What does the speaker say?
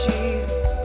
Jesus